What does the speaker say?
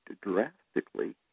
drastically